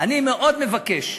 אני מאוד מבקש,